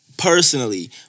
Personally